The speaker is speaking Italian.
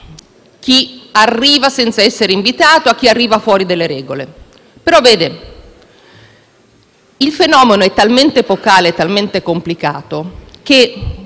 chi arriva senza essere invitato, a chi arriva fuori dalle regole. Però, il fenomeno è talmente epocale e talmente complicato che